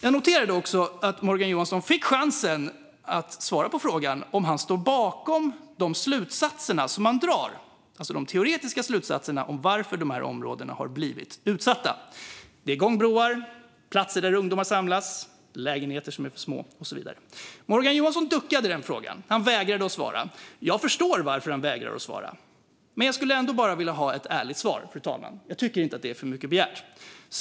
Jag noterade också att Morgan Johansson fick chansen att svara på frågan om han står bakom de teoretiska slutsatser som man drar om varför de här områdena har blivit utsatta. Det är gångbroar, platser där ungdomar samlas, lägenheter som är för små och så vidare. Morgan Johansson duckade för den frågan. Han vägrade att svara. Jag förstår varför han vägrade att svara, men jag skulle ändå bara vilja ha ett ärligt svar, fru talman. Jag tycker inte att det är för mycket begärt.